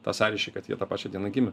tą sąryšį kad jie tą pačią dieną gimė